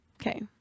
okay